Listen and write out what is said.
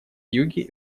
юге